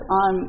on